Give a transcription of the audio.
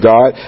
God